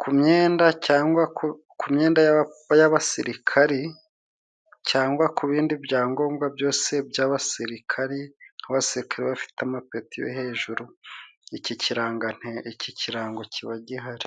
ku myenda cyangwa ku myenda y'abasirikari, cyangwa ku bindi byangombwa byose by'abasirikari abasirikare, bafite amapeti yo hejuru iki kirango kiba gihari.